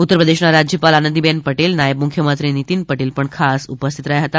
ઉત્તરપ્રદેશના રાજયપાલ આનંદીબેન પટેલ નાયબ મુખ્યમંત્રી નીતીન પટેલ પણ ખાસ ઉપસ્થિત રહ્યા હતા